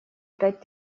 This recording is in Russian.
пять